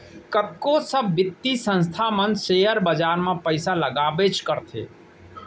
कतको सब बित्तीय संस्था मन सेयर बाजार म पइसा लगाबेच करथे